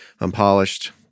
unpolished